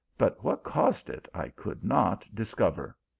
but what caused it, i could not discover.